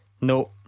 No